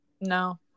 no